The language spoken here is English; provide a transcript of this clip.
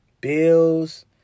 Bills